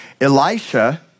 Elisha